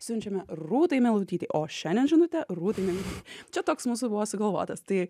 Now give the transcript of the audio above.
siunčiame rūtai meilutytei o šiandien žinutė rūtai meilutytei tai čia toks mūsų buvo sugalvotas tai